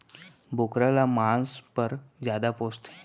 बोकरा ल मांस पर जादा पोसथें